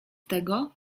tego